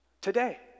today